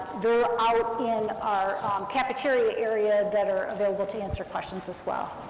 they're out in our cafeteria area that are available to answer questions, as well.